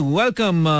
welcome